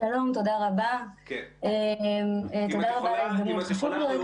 אם את יכולה לומר